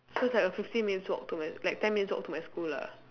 so it's like a fifteen minutes walk to my like ten minutes walk to my school lah